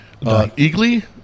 eagly